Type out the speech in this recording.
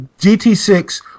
GT6